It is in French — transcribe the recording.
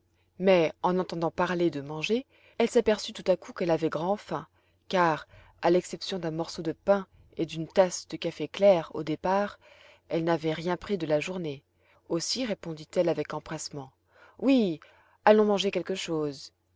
mais en entendant parler à manger elle s'aperçut tout à coup qu'elle avait grand'faim car à l'exception d'un morceau de pain et d'une tasse de café clair au départ elle n'avait rien pris de la journée aussi répondit-elle avec empressement oui allons manger quelque chose